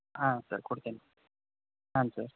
ಹಾಂ ಸರ್ ಕೊಡ್ತೀನಿ ಹಾಂ ಸರ್